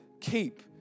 keep